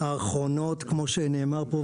כמו שנאמר פה,